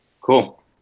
Cool